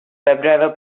webdriver